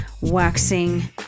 waxing